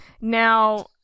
Now